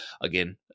again